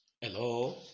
Hello